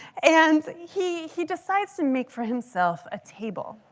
and he he decides to make for himself a table.